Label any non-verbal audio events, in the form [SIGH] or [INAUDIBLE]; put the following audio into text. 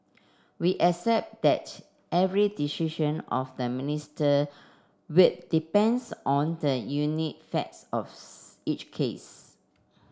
we accept that every decision of the Minister would depends on the unique facts of [UNINTELLIGIBLE] each case